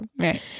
Right